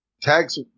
tags